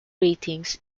ratings